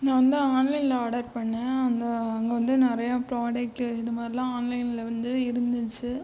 நான் வந்து ஆன்லைனில் ஆர்டர் பண்ணிணேன் அந்த அங்கே வந்து நிறைய ப்ராடக்ட்டு இது மாதிரிலாம் ஆன்லைனில் வந்து இருந்துச்சு